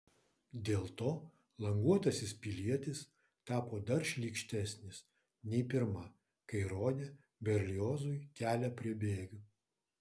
dėl to languotasis pilietis tapo dar šlykštesnis nei pirma kai rodė berliozui kelią prie bėgių